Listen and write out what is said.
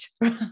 right